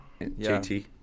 JT